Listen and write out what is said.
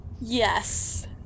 Yes